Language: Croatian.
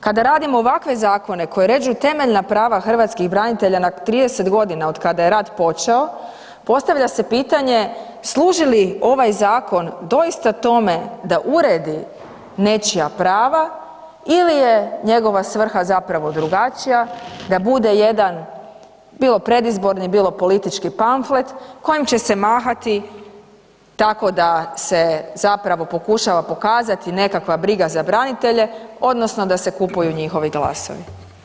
Kada radimo ovakve zakone koji uređuju temeljna prava hrvatskih branitelja na 30 godina od kada je rat počeo, postavlja se pitanje služi li ovaj zakon doista tome da uredi nečija prava ili je njegova svrha zapravo drugačija, da bude jedan bilo predizborni, bilo politički pamflet kojim će se mahati tako da se zapravo pokušava pokazati nekakva briga za branitelje odnosno da se kupuju njihovi glasovi.